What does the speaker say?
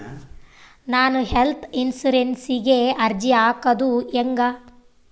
ನಾನು ಹೆಲ್ತ್ ಇನ್ಸುರೆನ್ಸಿಗೆ ಅರ್ಜಿ ಹಾಕದು ಹೆಂಗ?